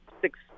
six